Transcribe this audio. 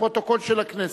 לפרוטוקול של הכנסת.